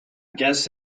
guess